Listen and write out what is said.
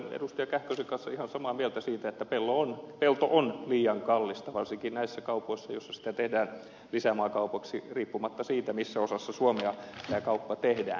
kähkösen kanssa ihan samaa mieltä siitä että pelto on liian kallista varsinkin näissä kaupoissa joissa sitä tehdään lisämaakaupaksi riippumatta siitä missä osassa suomea tämä kauppa tehdään